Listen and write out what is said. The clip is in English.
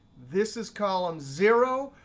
this is column zero,